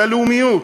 של הלאומיות,